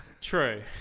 True